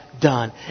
done